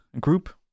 group